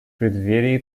преддверии